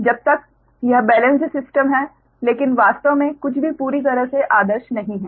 जब तक यह बेलेंस्ड सिस्टम है लेकिन वास्तव में कुछ भी पूरी तरह से आदर्श नहीं है